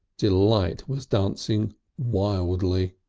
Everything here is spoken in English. delight was dancing wildly.